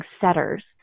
setters